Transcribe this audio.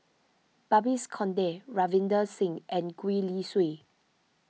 Babes Conde Ravinder Singh and Gwee Li Sui